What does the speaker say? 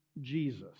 Jesus